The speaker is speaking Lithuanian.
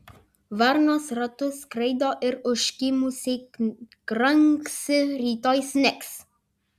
varnos ratu skraido ir užkimusiai kranksi rytoj snigs